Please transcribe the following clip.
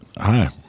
Hi